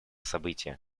события